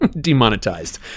demonetized